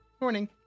Morning